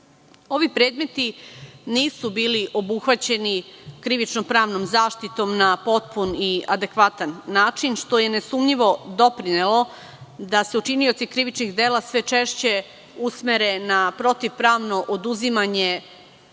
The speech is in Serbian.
predmeti nisu bili obuhvaćeni krivično-pravnom zaštitom na potpun i adekvatan način, što je nesumnjivo doprinelo da se učinioci krivičnih dela sve češće usmere na protivpravno oduzimanje